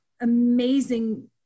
amazing